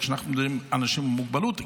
כשאנחנו מדברים על אנשים עם מוגבלות,